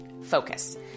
focus